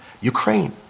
Ukraine